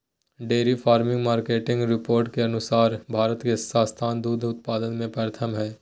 dairy farming market report के अनुसार भारत के स्थान दूध उत्पादन में प्रथम हय